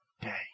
day